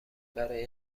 برای